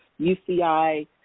UCI